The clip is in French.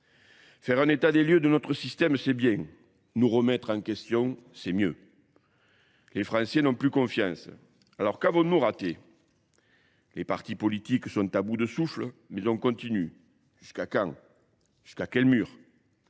Faire un état des lieux de notre système, c'est bien. Nous remettre en question, c'est mieux. Les Français n'ont plus confiance. Alors qu'avons-nous raté ? Les partis politiques sont à bout de souffle, mais on continue. Jusqu'à quand ? Jusqu'à quel mur ?